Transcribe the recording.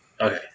Okay